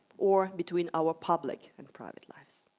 or between our public and private lives.